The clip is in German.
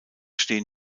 stehen